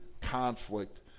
conflict